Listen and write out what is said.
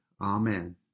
Amen